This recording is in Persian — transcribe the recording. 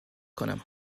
کنم